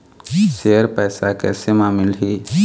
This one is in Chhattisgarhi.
शेयर पैसा कैसे म मिलही?